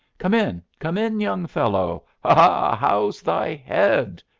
come in, come in, young fellow! ha! ha! how's thy head?